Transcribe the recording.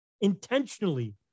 intentionally